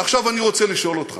ועכשיו אני רוצה לשאול אותך,